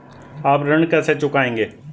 आप ऋण कैसे चुकाएंगे?